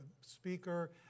speaker